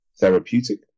therapeutic